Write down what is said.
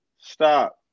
Stop